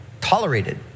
tolerated